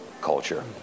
culture